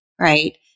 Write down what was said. right